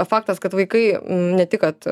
faktas kad vaikai ne tik kad